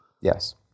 Yes